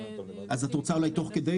אז את רוצה אולי תוך כדי?